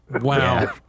Wow